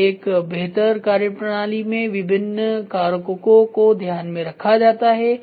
एक बेहतर कार्यप्रणाली में विभिन्न कारकों को ध्यान में रखा जाता है